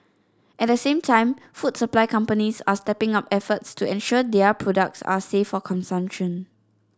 at the same time food supply companies are stepping up efforts to ensure their products are safe for consumption